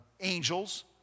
angels